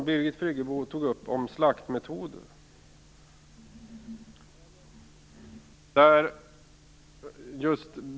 Birgit Friggebo tog upp frågan om slaktmetoder.